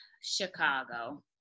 Chicago